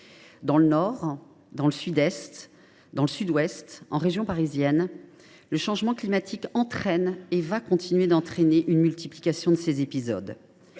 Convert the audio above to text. dans le Nord, dans le Sud Est, dans le Sud Ouest ou en région parisienne, le changement climatique entraîne et va continuer d’entraîner la multiplication de ces épisodes.